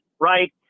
right